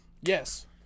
Yes